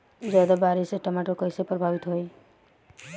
ज्यादा बारिस से टमाटर कइसे प्रभावित होयी?